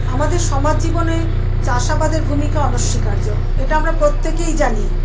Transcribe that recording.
আমাদের সমাজ জীবনে চাষাবাদের ভূমিকা অনস্বীকার্য এটা আমরা প্রত্যেকেই জানি